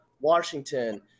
Washington